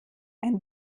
ein